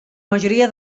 majoria